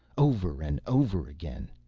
over and over again,